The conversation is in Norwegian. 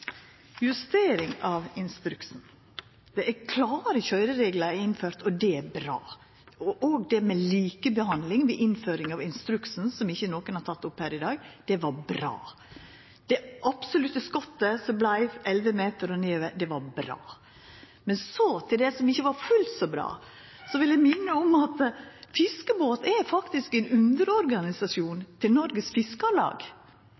Justering av instruks – det er innført klare køyrereglar, og det er bra. Òg det med likebehandling ved innføring av instruksen, som ikkje nokon har teke opp her i dag, det var bra. Det absolutte skottet som vart 11 meter og nedover, det var bra. Men så til det som ikkje var fullt så bra: Eg vil minna om at Fiskebåt faktisk er ein